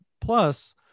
Plus